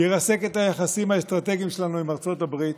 ירסק את היחסים האסטרטגיים שלנו עם ארצות הברית,